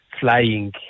flying